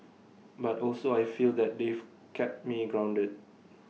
but also I feel that they've kept me grounded